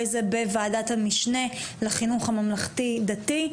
זה בוועדת המשנה לחינוך הממלכתי-דתי,